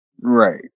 Right